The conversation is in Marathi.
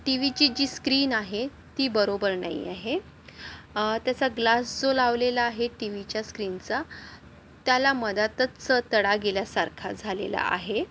टी व्हीची जी स्क्रीन आहे ती बरोबर नाही आहे तसा ग्लास जो लावलेला आहे टी व्हीच्या स्क्रीनचा त्याला मधातच तडा गेल्यासारखा झालेला आहे